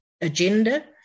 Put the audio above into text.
agenda